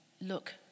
look